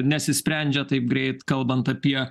nesisprendžia taip greit kalbant apie